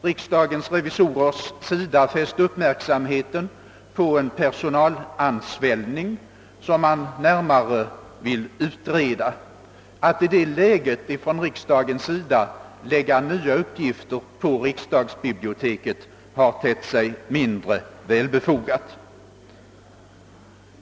Riksdagens revisorer har fäst uppmärksamheten på en personalansvällning, som de närmare vill utreda. Att riksda gen .i detta läge skulle lägga nya uppgifter på riksdagsbiblioteket har tett sig mindre befogat.